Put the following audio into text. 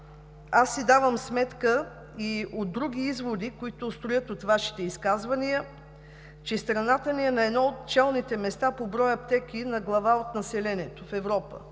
аз си давам сметка и от други изводи, които струят от Вашите изказвания, че страната ни е на едно от челните места по брой аптеки на глава от населението в Европа,